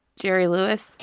jerry lewis?